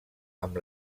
amb